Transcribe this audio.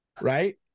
Right